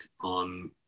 on